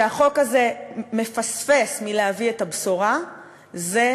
שהחוק הזה מפספס בלהביא את הבשורה בו,